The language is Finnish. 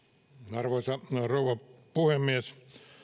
arvoisa rouva puhemies